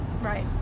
Right